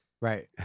Right